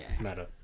matter